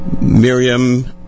Miriam